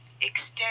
Extend